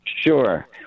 Sure